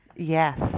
Yes